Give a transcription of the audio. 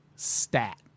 stat